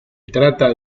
trata